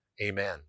Amen